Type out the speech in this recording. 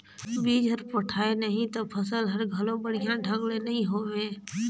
बिज हर पोठाय नही त फसल हर घलो बड़िया ढंग ले नइ होवे